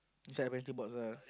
inside the penalty box ah